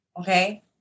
okay